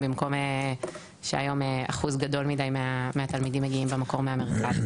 במקום שהיום אחוז גדול מידי מהתלמידים מגיעים במקום מהמרכז.